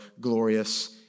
glorious